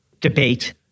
debate